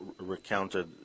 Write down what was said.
recounted